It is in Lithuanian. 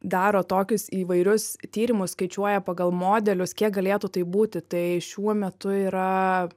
daro tokius įvairius tyrimus skaičiuoja pagal modelius kiek galėtų tai būti tai šiuo metu yra